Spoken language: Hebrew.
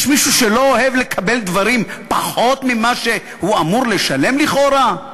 יש מישהו שלא אוהב לקבל דברים ולשלם פחות ממה שהוא אמור לשלם לכאורה?